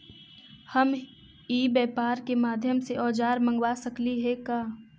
हम ई व्यापार के माध्यम से औजर मँगवा सकली हे का?